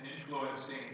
influencing